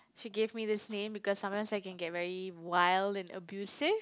she gave me this name because sometimes I can get very wild and abusive